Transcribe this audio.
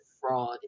fraud